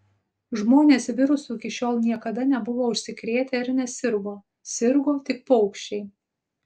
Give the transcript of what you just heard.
žmonės virusu iki šiol niekada nebuvo užsikrėtę ir nesirgo sirgo tik paukščiai